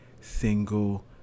single